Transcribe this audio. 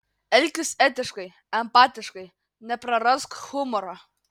elkis etiškai empatiškai neprarask humoro